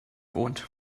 wohnt